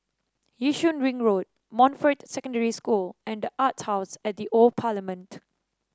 Yishun Ring Road Montfort Secondary School and the Arts House at The Old Parliament